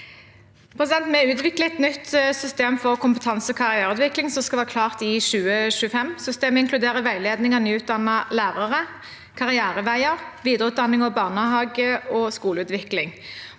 Vi utvikler et nytt system for kompetansekarriereutvikling som skal være klart i 2025. Systemet inkluderer veiledning av nyutdannede lærere, karriereveier, videreutdanning, barnehage og skoleutvikling.